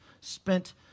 spent